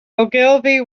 ogilvy